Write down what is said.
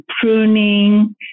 pruning